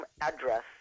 address